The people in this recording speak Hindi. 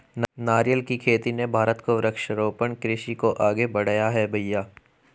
नारियल की खेती ने भारत को वृक्षारोपण कृषि को आगे बढ़ाया है भईया